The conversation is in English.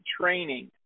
training